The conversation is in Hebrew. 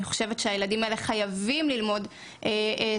אני חושבת שהילדים האלה חייבים ללמוד שפה,